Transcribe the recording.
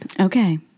Okay